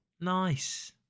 Nice